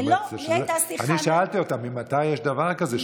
אני שאלתי אותם ממתי יש דבר כזה,